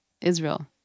Israel